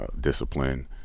discipline